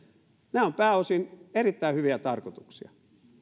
nämä ovat pääosin erittäin hyviä tarkoituksia